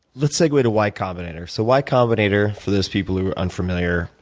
let's segue to y combinator. so y combinator, for those people who are unfamiliar,